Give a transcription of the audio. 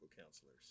Counselors